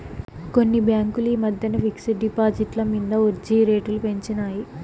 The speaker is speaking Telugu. కొన్ని బాంకులు ఈ మద్దెన ఫిక్స్ డ్ డిపాజిట్ల మింద ఒడ్జీ రేట్లు పెంచినాయి